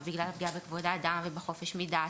בגלל הפגיעה בכבוד האדם ובחופש מדת,